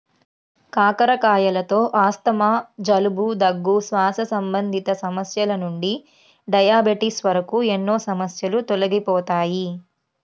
కాకరకాయలతో ఆస్తమా, జలుబు, దగ్గు, శ్వాస సంబంధిత సమస్యల నుండి డయాబెటిస్ వరకు ఎన్నో సమస్యలు తొలగిపోతాయి